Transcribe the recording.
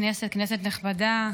כנסת נכבדה,